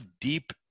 deep